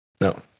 No